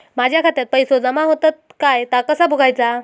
माझ्या खात्यात पैसो जमा होतत काय ता कसा बगायचा?